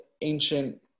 ancient